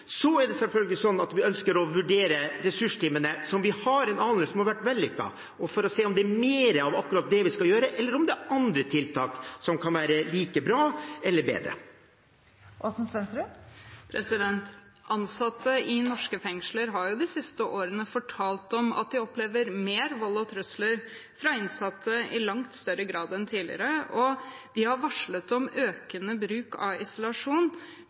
selvfølgelig også å vurdere ressursteamene – som vi har en anelse om har vært vellykkede – for å se om det er mer av akkurat det vi skal gjøre, eller om det er andre tiltak som kan være like bra eller bedre. Ansatte i norske fengsler har de siste årene fortalt om at de opplever vold og trusler fra innsatte i langt større grad enn tidligere, og de har varslet om en økende bruk av isolasjon